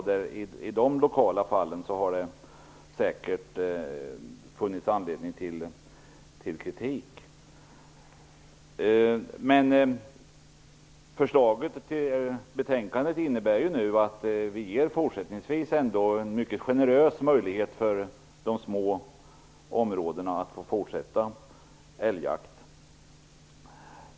I de lokala fallen har det säkert funnits anledning till kritik. Men förslaget i betänkandet innebär att vi fortsättningsvis ger en mycket generös möjlighet för de små områdena att fortsätta med älgjakt.